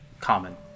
common